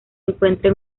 encuentra